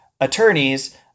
attorneys